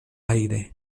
aire